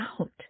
out